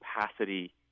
capacity